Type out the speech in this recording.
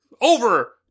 Over